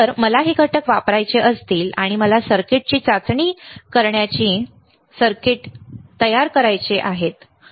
जर मला हे घटक वापरायचे असतील आणि मला सर्किटची चाचणी करण्यासाठी सर्किट तयार करायचे आहे